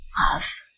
love